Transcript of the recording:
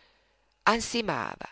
sangue ansimava